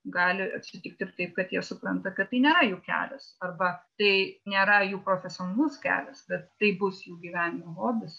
gali atsitikt ir taip kad jie supranta kad tai nėra jų kelias arba tai nėra jų profesionalus kelias bet tai bus jų gyvenimo hobis